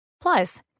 Plus